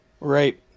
Right